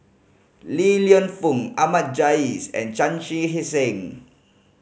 Li Lienfung Ahmad Jais and Chan Chee Seng